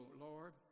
Lord